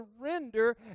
surrender